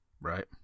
Right